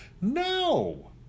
No